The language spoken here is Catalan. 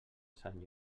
sant